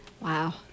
Wow